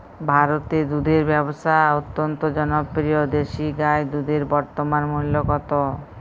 ভারতে দুধের ব্যাবসা অত্যন্ত জনপ্রিয় দেশি গাই দুধের বর্তমান মূল্য কত?